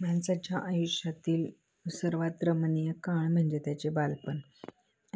माणसाच्या आयुष्यातील सर्वात रमनीय काळ म्हणजे त्याचे बालपण